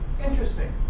Interesting